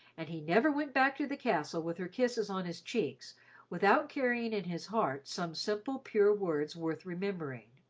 and he never went back to the castle with her kisses on his cheeks without carrying in his heart some simple, pure words worth remembering.